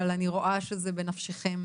אבל אני רואה שזה בנפשכם,